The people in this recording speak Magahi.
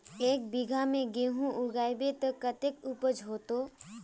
एक बिगहा में गेहूम लगाइबे ते कते उपज होते?